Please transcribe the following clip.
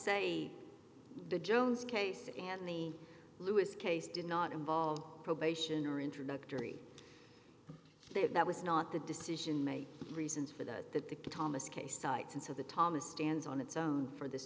say the jones case anthony lewis case did not involve probation or introductory that was not the decision made reasons for that that the thomas case cites and so the thomas stands on its own for this